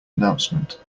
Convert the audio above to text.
announcement